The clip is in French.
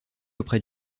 auprès